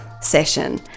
session